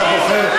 אתה בוחר,